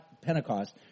Pentecost